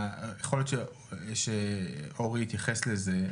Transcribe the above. יכול להיות שאורי יתייחס לזה,